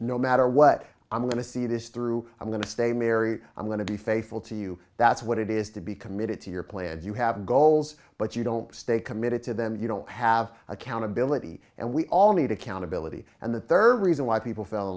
no matter what i'm going to see this through i'm going to stay married i'm going to be faithful to you that's what it is to be committed to your plans you have goals but you don't stay committed to them you don't have accountability and we all need accountability and the third reason why people f